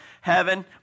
heaven